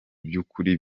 by’ukuri